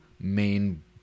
main